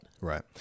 Right